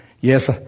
yes